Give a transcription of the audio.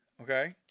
okay